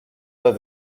pas